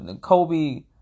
Kobe